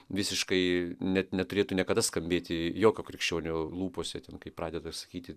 visiškai net neturėtų niekada skambėti jokio krikščionio lūpose kai pradedu sakyti